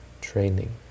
training